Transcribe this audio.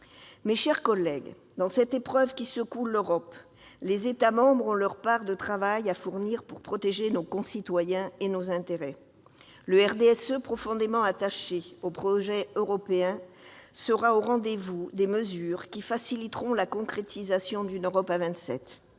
Mes chers collègues, dans cette épreuve qui secoue l'Europe, les États membres ont leur part de travail à fournir pour protéger nos concitoyens et nos intérêts. Le groupe du RDSE, profondément attaché au projet européen, sera au rendez-vous des mesures qui faciliteront la concrétisation d'une Europe à